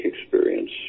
experience